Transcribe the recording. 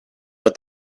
but